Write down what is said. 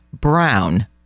Brown